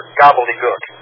gobbledygook